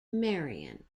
marion